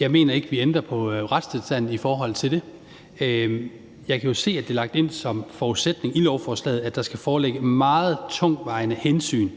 Jeg mener ikke, at vi ændrer på retstilstanden i forhold til det. Jeg kan jo se, at det er lagt ind som en forudsætning i lovforslaget, at der skal foreligge meget tungtvejende hensyn